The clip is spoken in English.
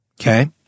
okay